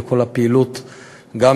בכל הפעילות בעניין,